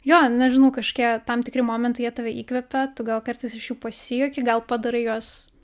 jo nežinau kažkokie tam tikri momentai jie tave įkvepia tu gal kartais iš jų pasijuoki gal padarai juos